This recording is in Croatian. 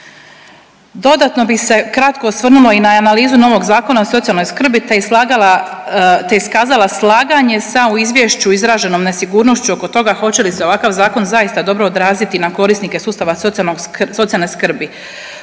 Dodatno bih se kratko osvrnula i na analizu novog Zakona o socijalnoj skrbi te i slagala, te iskazala slaganje sa u Izvješću izraženom nesigurnošću oko toga hoće li se ovakav zakon zaista dobro odraziti na korisnike sustava socijalne skrbi.